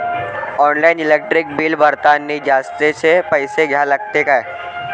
Online electric bill भरतानी जास्तचे पैसे द्या लागते का?